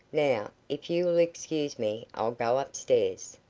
now, if you will excuse me, i'll go up-stairs.